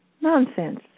Nonsense